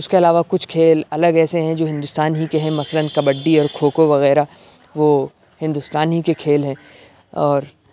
اُس کے علاوہ کچھ کھیل الگ ایسے ہیں جو ہندوستان ہی کے ہیں مثلاً کبڈی اور کھوکھو وغیرہ وہ ہندوستان ہی کے کھیل ہیں اور